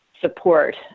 support